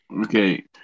Okay